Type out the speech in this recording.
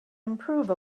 improve